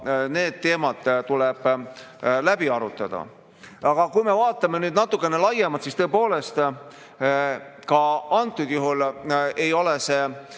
need teemad tuleb läbi arutada. Aga kui me vaatame natukene laiemalt, siis tõepoolest ka antud juhul ei ole see